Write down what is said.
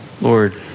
Lord